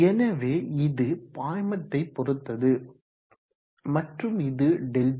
எனவே இது பாய்மத்தை பொறுத்தது மற்றும் இது ΔT